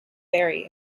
very